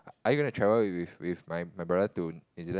are you gonna travel with with my my brother to New Zealand